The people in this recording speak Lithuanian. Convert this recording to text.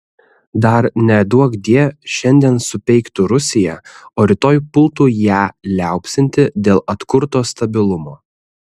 dar neduokdie šiandien supeiktų rusiją o rytoj pultų ją liaupsinti dėl atkurto stabilumo